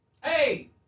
Hey